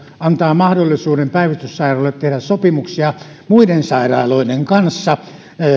antaa mahdollisuuden päivystyssairaalalle tehdä sopimuksia muiden sairaaloiden kanssa